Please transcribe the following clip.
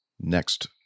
next